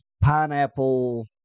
pineapple